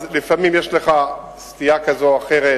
אז לפעמים יש לך סטייה כזו או אחרת.